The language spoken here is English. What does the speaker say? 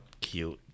cute